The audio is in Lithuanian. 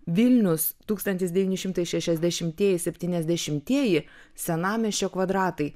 vilnius tūkstantis devyni šimtai šešiasdešimtieji septyniasdešimtieji senamiesčio kvadratai